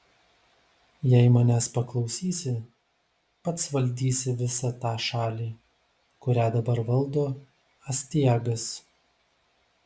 jei manęs paklausysi pats valdysi visą tą šalį kurią dabar valdo astiagas